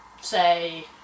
say